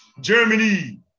Germany